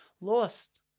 lost